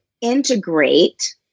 integrate